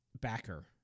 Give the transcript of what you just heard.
backer